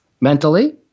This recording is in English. mentally